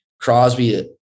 crosby